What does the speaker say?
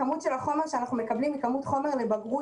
כמות החומר שאנחנו מקבלים היא כמות חומר לבגרות